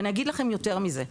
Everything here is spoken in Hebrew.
ואני אגיד לכם יותר מזה.